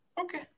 Okay